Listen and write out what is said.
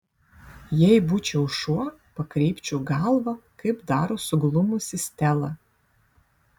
jei būčiau šuo pakreipčiau galvą kaip daro suglumusi stela